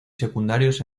secundarios